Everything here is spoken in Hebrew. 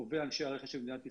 טובי אנשי הרכש של מדינת ישראל,